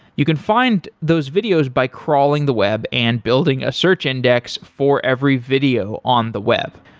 you can find those videos by crawling the web and building a search index for every video on the web.